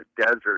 desert